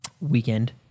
Weekend